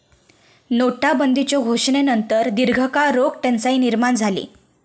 नोटाबंदीच्यो घोषणेनंतर दीर्घकाळ रोख टंचाई निर्माण झाली